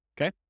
okay